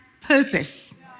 purpose